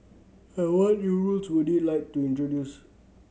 and what new rules would it like to introduce